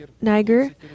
Niger